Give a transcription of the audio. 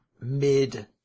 mid